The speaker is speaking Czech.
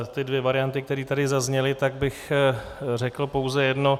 Ty dvě varianty, které tady zazněly, tak bych řekl pouze jedno.